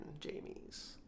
jamies